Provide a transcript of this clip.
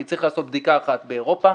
כי צריך לעשות בדיקה אחת באירופה,